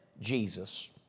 Jesus